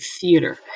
theater